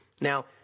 Now